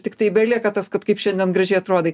tiktai belieka tas kad kaip šiandien gražiai atrodai